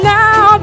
now